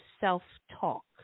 self-talk